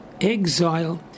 exile